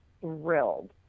thrilled